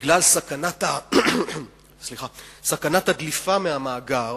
בגלל סכנת הדליפה מהמאגר